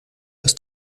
das